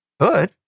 good